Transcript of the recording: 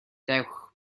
dewch